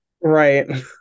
Right